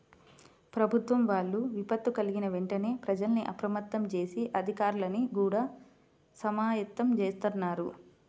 ప్రభుత్వం వాళ్ళు విపత్తు కల్గిన వెంటనే ప్రజల్ని అప్రమత్తం జేసి, అధికార్లని గూడా సమాయత్తం జేత్తన్నారు